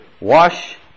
wash